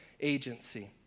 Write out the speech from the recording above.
agency